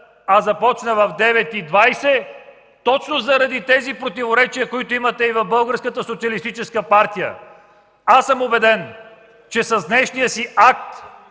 ч., а в 9,20 ч. Точно заради тези противоречия, които имате и в Българската социалистическа партия, аз съм убеден, че с днешния си акт